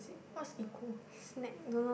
what's eco